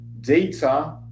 data